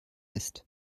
ist